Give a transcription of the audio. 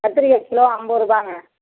கத்திரிக்காய் கிலோ ஐம்பருபாங்க